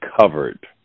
covered